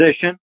position